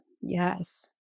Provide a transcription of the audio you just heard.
Yes